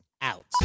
out